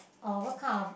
or what kind of